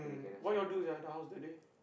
mm what you all do sia in the house that day